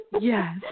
Yes